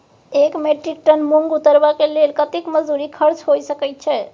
एक metric tonne मूंग उतरबा के लेल कतेक मजदूरी खर्च होय सकेत छै?